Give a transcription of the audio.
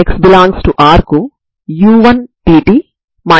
c1 c2 0 0 ని పొందడానికి determinant 0 కావాలి అంటే డిటెర్మినెంట్ cos μa